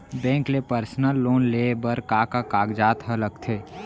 Bank ले personal loan लेये बर का का कागजात ह लगथे?